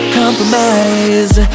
compromise